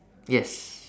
yes